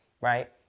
right